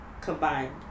combined